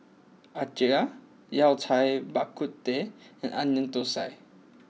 Acar Yao Cai Bak Kut Teh and Onion Thosai